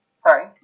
Sorry